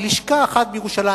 לשכה אחת בירושלים,